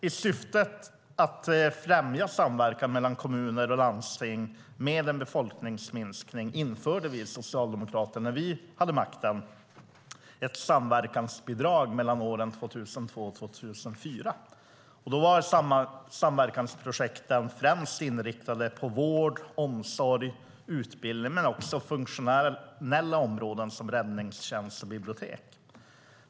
I syfte att främja samverkan mellan kommuner och landsting med en befolkningsminskning införde vi socialdemokrater, när vi hade makten, ett samverkansbidrag mellan åren 2002 och 2004. Då var samverkansprojekten främst inriktade på vård, omsorg och utbildning och även på funktionella områden som räddningstjänst och bibliotek.